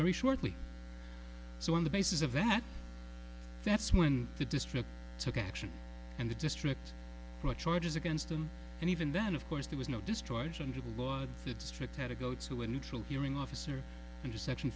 very shortly so on the basis of that that's when the district took action and the district brought charges against them and even then of course there was no destroy it blood strict had to go to a neutral hearing officer under section